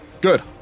Good